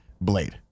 Blade